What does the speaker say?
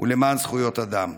ולמען זכויות אדם.